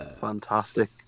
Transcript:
fantastic